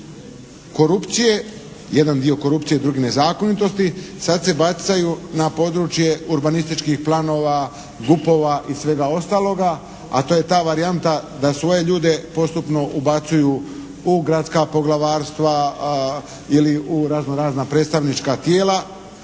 korupcije, jedan dio korupcije drugi nezakonitosti. Sad se bacaju na područje urbanističkih planova, GUP-ova i svega ostaloga, a to je ta varijanta da svoje ljude postupno ubacuju u gradska poglavarstva ili u razno razna predstavnička tijela,